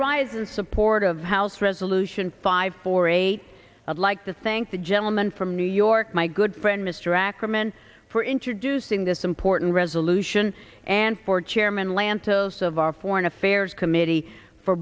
rise in support of house resolution five four eight i'd like to thank the gentleman from new york my good friend mr ackerman for introducing this important resolution and for chairman lantos of our foreign affairs committee for